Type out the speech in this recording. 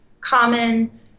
common